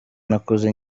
nakoze